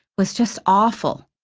was just awful.